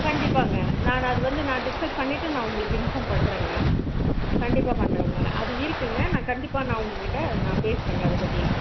கண்டிப்பாங்க நான் அது வந்து நான் டிஸ்கஸ் பண்ணிவிட்டு நான் உங்களுக்கு இன்ஃபார்ம் பண்ணுறங்க கண்டிப்பாக பண்ணுறங்க அது இருக்குங்க நான் கண்டிப்பாக நான் உங்கள் கிட்ட நான் பேசுறங்க அதை பற்றி